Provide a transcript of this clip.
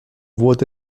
wurde